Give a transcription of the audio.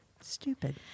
stupid